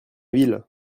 ville